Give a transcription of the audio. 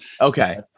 Okay